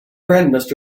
friend